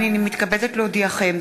הנני מתכבדת להודיעכם,